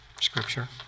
Scripture